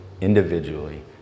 individually